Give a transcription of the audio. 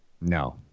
no